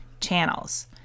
channels